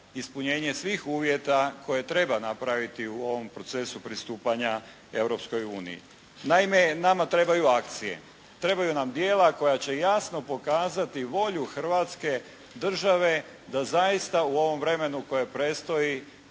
ispunjenje svih uvjeta koje treba napraviti u ovom procesu pristupanja Europskoj uniji. Naime nama trebaju akcije. Trebaju nam djela koja će jasno pokazati volju Hrvatske države da zaista u ovom vremenu koje predstoji